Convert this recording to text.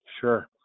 Sure